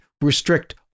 restrict